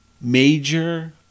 major